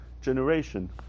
generation